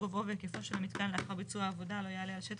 גובהו והיקפו של המיתקן לאחר ביצוע העבודה לא יעלה על שטח,